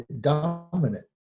dominant